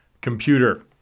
computer